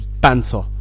Banter